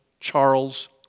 Charles